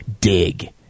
dig